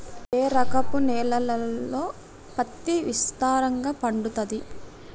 ఏ రకపు నేలల్లో పత్తి విస్తారంగా పండుతది?